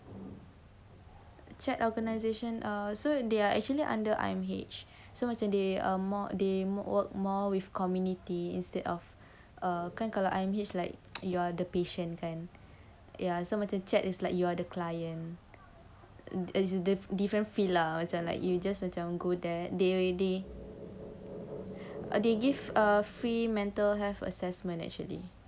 organization so they are actually under I_M_H macam they are more they work more with community instead of err kan kalau I_M_H like you are the patient kan ya so much as chat is like you are the client as in different different fee lah macam like you just macam go there they already they give a free mental health assessment actually